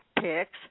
picks